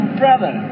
brother